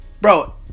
bro